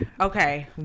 Okay